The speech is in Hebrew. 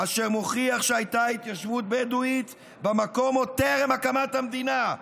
אשר מוכיח שהייתה התיישבות בדואית במקום עוד טרם הקמת המדינה,